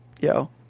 yo